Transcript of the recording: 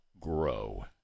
grow